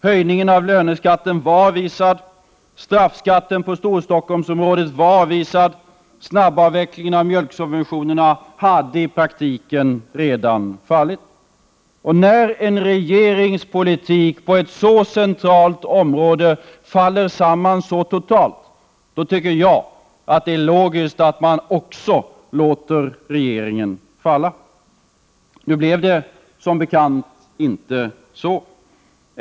Höjningen av löneskatten var avvisad. Straffskatten på Storstockholmsområdet var avvisad. Snabbavvecklingen av mjölksubventionerna hade i praktiken redan fallit. När en regerings politik på ett så centralt område faller samman så totalt, tycker jag att det är logiskt att man också låter regeringen falla. Nu blev det som bekant inte så.